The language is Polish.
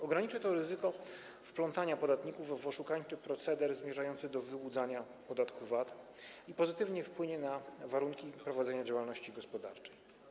Ograniczy to ryzyko wplątywania podatników w oszukańczy proceder mający na celu wyłudzanie podatku VAT i pozytywnie wpłynie na warunki prowadzenia działalności gospodarczej.